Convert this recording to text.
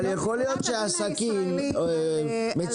יכול להיות שתחולת הדין הישראלי --- אבל יכול להיות